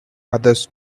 others